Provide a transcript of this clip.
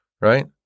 Right